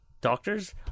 doctors